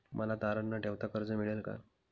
मला तारण न ठेवता कर्ज मिळेल का?